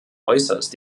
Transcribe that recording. äußerst